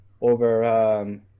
over –